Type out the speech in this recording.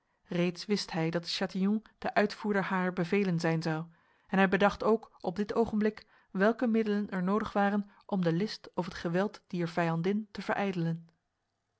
reeds wist hij dat de chatillon de uitvoerder harer bevelen zijn zou en hij bedacht ook op dit ogenblik welke middelen er nodig waren om de list of het geweld dier vijandin te verijdelen